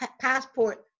passport